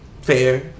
fair